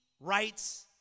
rights